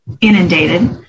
inundated